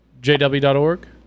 JW.org